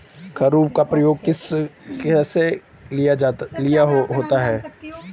खुरपा का प्रयोग किस लिए होता है?